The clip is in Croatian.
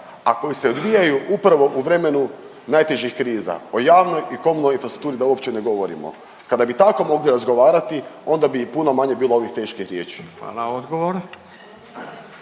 a koji se odvijaju upravo u vremenu najtežih kriza. O javnoj i komunalnoj infrastrukturi da uopće ne govorimo. Kada bi tako mogli razgovarati onda bi i puno manje bilo ovih teških riječi. **Radin,